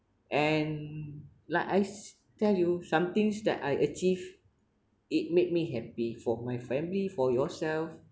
and like I s~ tell you somethings that I achieve it made me happy for my family for yourself